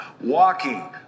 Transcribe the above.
Walking